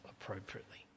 appropriately